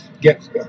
get